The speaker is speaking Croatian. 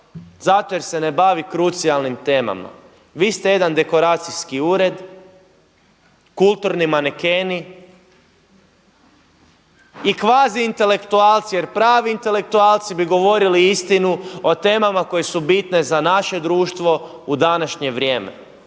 Zašto? Jer se ne bavi krucijalnim temama. Vi ste jedan dekoracijski ured, kulturni manekeni i kvazi intelektualci jer pravi intelektualci bi govorili istinu o temama koje su bitne za naše društvo u današnje vrijeme,